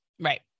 Right